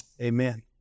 amen